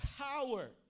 power